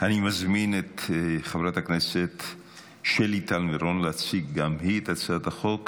אני מזמין את חברת הכנסת שלי טל מירון להציג גם היא את הצעת החוק,